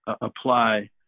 apply